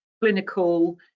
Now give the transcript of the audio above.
clinical